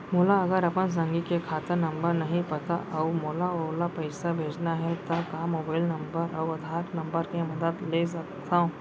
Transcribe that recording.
मोला अगर अपन संगी के खाता नंबर नहीं पता अऊ मोला ओला पइसा भेजना हे ता का मोबाईल नंबर अऊ आधार नंबर के मदद ले सकथव?